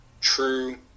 true